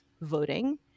voting